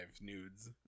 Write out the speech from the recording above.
nudes